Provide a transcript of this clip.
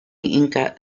inca